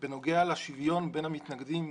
בנוגע לשוויון בין המתנגדים,